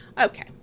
Okay